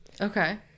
Okay